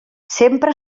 sempre